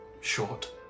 short